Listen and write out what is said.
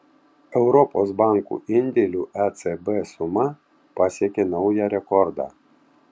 europos bankų indėlių ecb suma pasiekė naują rekordą